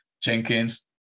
Jenkins